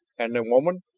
and the woman?